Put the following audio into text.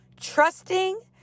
trusting